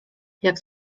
jak